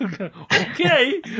Okay